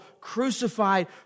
crucified